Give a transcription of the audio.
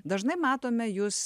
dažnai matome jus